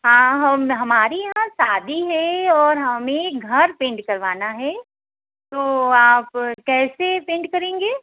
हाँ हम हमारे यहाँ शादी है और हमें घर पेंट करवाना है तो आप कैसे पेंट करेंगे